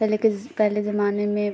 पहले के पहले ज़माने में